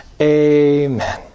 Amen